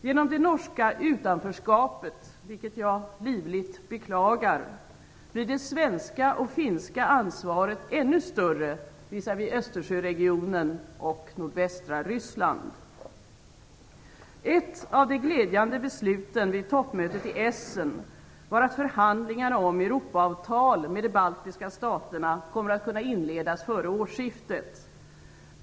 Genom det norska utanförskapet - vilket jag livligt beklagar - blir det svenska och finska ansvaret ännu större visavi Ett av de glädjande besluten vid toppmötet i Essen var att förhandlingarna om Europaavtal med de baltiska staterna kommer att kunna inledas före årsskiftet.